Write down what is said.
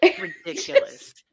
ridiculous